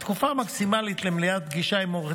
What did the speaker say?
התקופה המקסימלית למניעת פגישה עם עורך